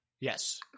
Yes